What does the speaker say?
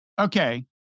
Okay